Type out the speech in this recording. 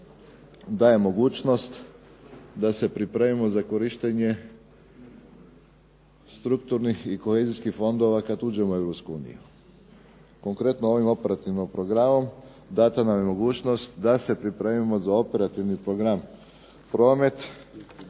daje mogućnost da se pripremimo za korištenje strukturnih i kohezijskih fondova kad uđemo u Europsku uniju. Konkretno, ovim operativnim programom data nam je mogućnost da se pripremimo za operativni program promet